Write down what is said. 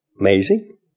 Amazing